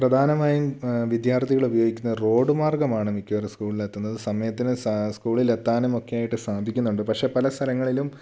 പ്രധാനമായും വിദ്യാർഥികളുപയോഗിക്കുന്ന റോഡ് മാർഗ്ഗമാണ് മിക്കവരും സ്കൂളിലെത്തുന്നത് സമയത്തിന് സ്കൂളിലെത്താനുമൊക്കെ ആയിട്ട് സാധിക്കുന്നുണ്ട് പക്ഷേ പല സ്ഥലങ്ങളിലും